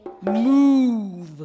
move